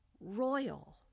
royal